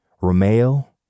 Romeo